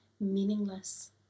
meaningless